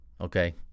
Okay